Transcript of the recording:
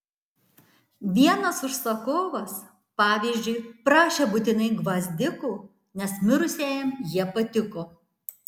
vienas užsakovas pavyzdžiui prašė būtinai gvazdikų nes mirusiajam jie patiko